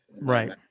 right